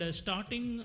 starting